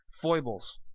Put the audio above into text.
foibles